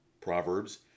Proverbs